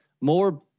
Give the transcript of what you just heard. more